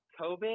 COVID